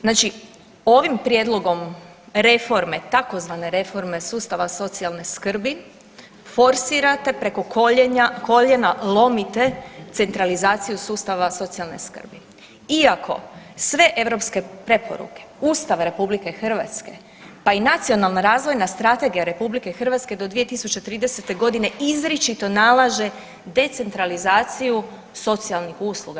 Znači ovim prijedlogom reforme, tzv. reforme sustava socijalne skrbi forsirate, preko koljena lomite centralizaciju sustava socijalne skrbi iako sve europske preporuke, Ustav RH, pa i Nacionalna razvojna strategija RH do 2030.g. izričito nalaže decentralizaciju socijalnih usluga.